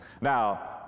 now